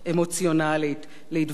להתווכח ולא להסית,